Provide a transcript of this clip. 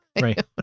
Right